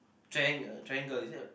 triangle triangle is it